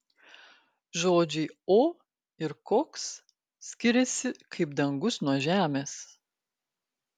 žodžiai o ir koks skiriasi kaip dangus nuo žemės